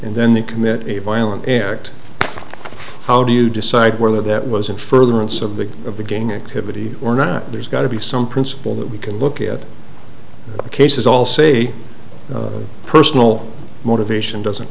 and then they commit a violent act how do you decide whether that was in furtherance of the of the gang activity or not there's got to be some principle that we can look at the cases all say personal motivation doesn't